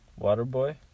Waterboy